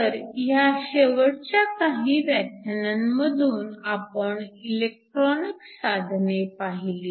तर ह्या शेवटच्या काही व्याख्यानांमधून आपण इलेक्ट्रॉनिक साधने पाहिली